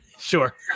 sure